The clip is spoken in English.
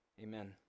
Amen